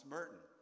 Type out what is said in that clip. Merton